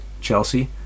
Chelsea